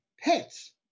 pets